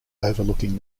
overlooking